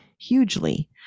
hugely